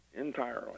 Entirely